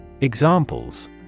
Examples